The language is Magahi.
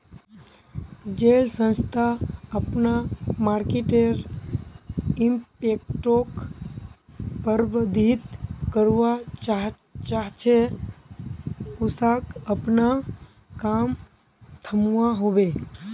जेल संस्था अपना मर्केटर इम्पैक्टोक प्रबधित करवा चाह्चे उसाक अपना काम थम्वा होबे